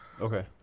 okay